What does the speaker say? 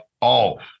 off